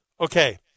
Okay